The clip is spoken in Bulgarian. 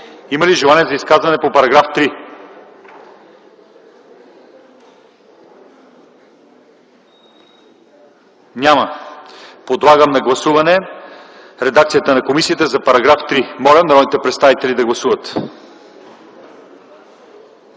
Има ли желание за изказвания по § 3? Няма. Подлагам на гласуване редакцията на комисията за § 3. Моля народните представители да гласуват.